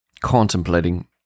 contemplating